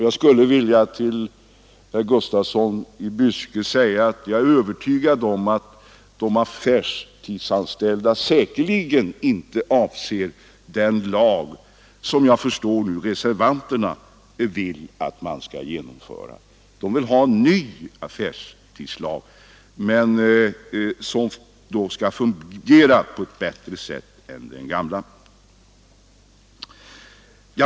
Jag vill säga till herr Gustafsson i Byske att jag är övertygad om att de affärsanställda säkerligen inte avser den lag som jag nu förstår att reservanterna vill att man skall återinföra. De anställda vill ha en ny affärstidslag, som skall fungera på ett bättre sätt än den gamla.